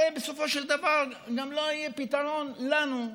הרי בסופו של דבר גם לא יהיה פתרון לנו.